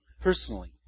personally